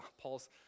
Paul's